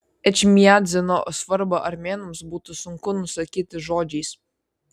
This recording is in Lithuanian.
ečmiadzino svarbą armėnams būtų sunku nusakyti žodžiais